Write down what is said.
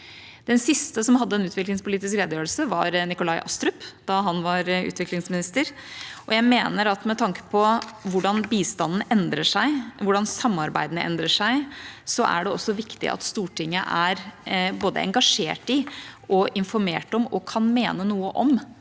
Den siste som hadde en utviklingspolitisk redegjørelse, var Nikolai Astrup, da han var utviklingsminister. Med tanke på hvordan bistanden endrer seg, hvordan samarbeidene endrer seg, mener jeg det er viktig at Stortinget er både engasjert i, informert om og kan mene noe om